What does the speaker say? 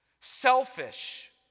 Selfish